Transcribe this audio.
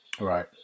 right